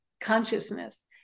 consciousness